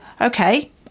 okay